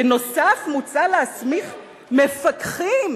בנוסף, "מוצע להסמיך מפקחים".